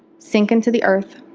sink into the earth,